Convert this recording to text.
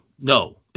no